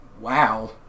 wow